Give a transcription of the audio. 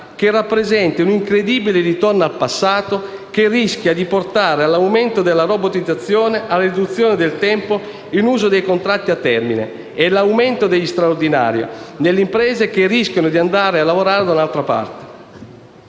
che rappresenta un incredibile ritorno al passato e che rischia di portare all'aumento della robotizzazione, alla riduzione del tempo in uso dei contratti a termine e all'aumento degli straordinari nelle imprese, che rischiano di andare a lavorare da un'altra parte.